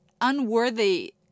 unworthy